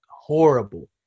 horrible